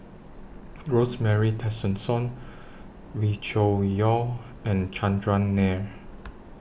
Rosemary Tessensohn Wee Cho Yaw and Chandran Nair